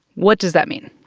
what does that mean?